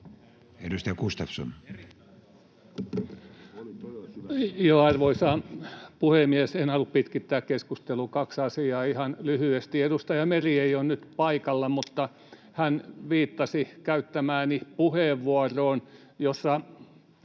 16:26 Content: Arvoisa puhemies! En halua pitkittää keskustelua, kaksi asiaa ihan lyhyesti: Edustaja Meri ei ole nyt paikalla, mutta hän viittasi käyttämääni puheenvuoroon, jossa